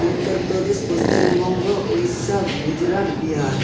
Uttar Pradesh Paschimbanga Orissa Gujarat Bihar